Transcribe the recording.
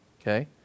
Okay